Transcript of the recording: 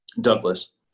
Douglas